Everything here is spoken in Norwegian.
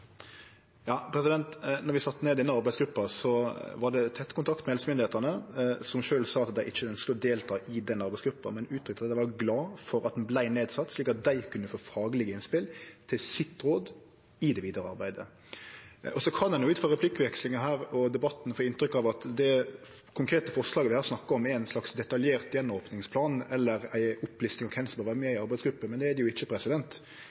vi sette ned denne arbeidsgruppa, var det tett kontakt med helsemyndigheitene, som sjølve sa at dei ikkje ønskte å delta i arbeidsgruppa, men uttrykte at dei var glade for at ho vart sett ned, slik at dei kunne få faglege innspel til sitt råd i det vidare arbeidet. Ut frå replikkvekslinga her og debatten kan ein få inntrykk av at det konkrete forslaget vi her snakkar om, er ein slags detaljert plan for å opne igjen eller ei opplisting av kven som bør vere med i ei arbeidsgruppe. Men det er det ikkje.